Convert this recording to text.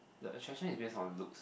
the attraction is based on looks